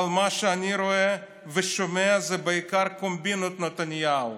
אבל מה שאני רואה ושומע זה בעיקר קומבינות נתניהו.